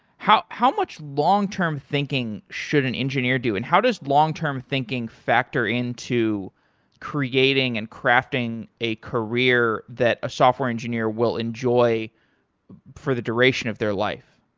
how how much long-term thinking should an engineer do and how does long-term thinking factor into creating and crafting a career that a software engineer will enjoy for the duration of their life?